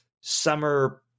summer